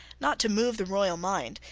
not to move the royal mind,